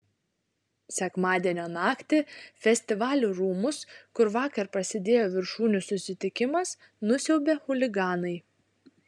sekmadienio naktį festivalių rūmus kur vakar prasidėjo viršūnių susitikimas nusiaubė chuliganai